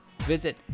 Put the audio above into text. Visit